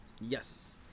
Yes